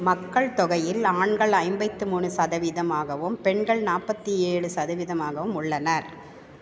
மக்கள் தொகையில் ஆண்கள் ஐம்பத்தி மூணு சதவீதம் ஆகவும் பெண்கள் நாற்பத்தி ஏழு சதவீதம் ஆகவும் உள்ளனர்